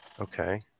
okay